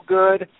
good